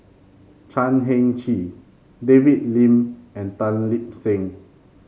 Chan Heng Chee David Lim and Tan Lip Seng